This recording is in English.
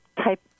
Type